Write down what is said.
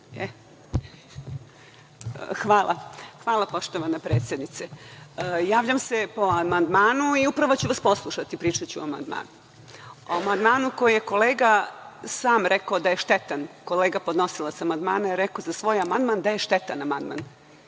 Majo. Hvala poštovana predsednice. Javljam se po amandmanu i upravo ću vas poslušati, pričaću o amandmanu, koji je kolega sam rekao da je šteta. Kolega podnosilac amandmana je rekao za svoj amandman da je štetan amandman.